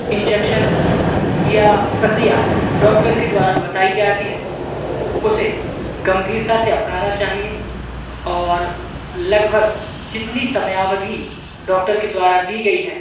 injection या प्रक्रिया doctor के द्वारा बताई जाती है उसे गंभीरता से अपनाना चाहिए और लगभग जितनी समयावधि डॉक्टर के द्वारा दी गई है